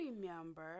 remember